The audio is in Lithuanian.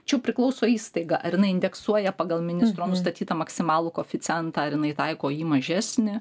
čia priklauso įstaiga ar jinai indeksuoja pagal ministro nustatytą maksimalų koeficentą ar jinai taiko jį mažesnį